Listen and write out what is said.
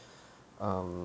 um